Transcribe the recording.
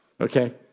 Okay